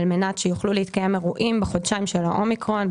על מנת שיוכלו להתקיים אירועים בחודשיים של האומיקרון,